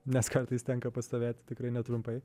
nes kartais tenka pastovėti tikrai netrumpai